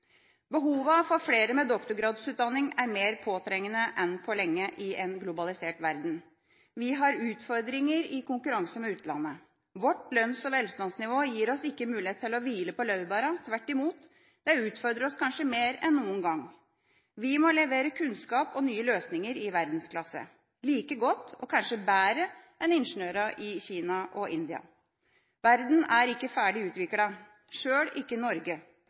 med doktorgradsutdanning er mer påtrengende enn på lenge i en globalisert verden. Vi har utfordringer i konkurranse med utlandet. Vårt lønns- og velstandsnivå gir oss ikke mulighet til å hvile på laurbæra, tvert imot. Det utfordrer oss kanskje mer enn noen gang. Vi må levere kunnskap og nye løsninger i verdensklasse – like godt og kanskje bedre enn ingeniørene i Kina og India. Verden er ikke ferdig utviklet, sjøl ikke Norge.